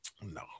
No